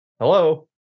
hello